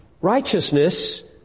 righteousness